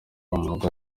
umurwayi